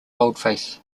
boldface